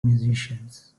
musicians